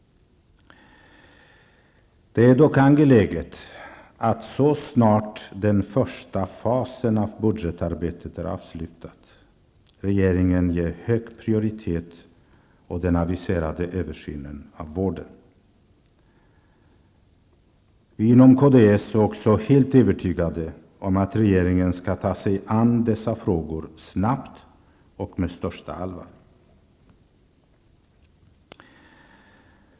Det är dock angeläget att regeringen, så snart den första fasen av budgetarbetet är avslutad, ger hög prioritet åt den aviserade översynen av vården. Vi inom kds är också helt övertygade om att regeringen kommer att ta sig an dessa frågor snart och med största allvar.